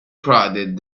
prodded